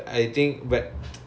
okay